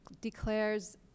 declares